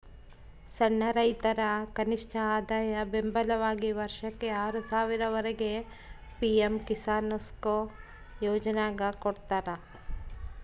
ಸಣ್ಣ ರೈತರ ಕನಿಷ್ಠಆದಾಯ ಬೆಂಬಲವಾಗಿ ವರ್ಷಕ್ಕೆ ಆರು ಸಾವಿರ ವರೆಗೆ ಪಿ ಎಂ ಕಿಸಾನ್ಕೊ ಯೋಜನ್ಯಾಗ ಕೊಡ್ತಾರ